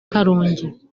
karongi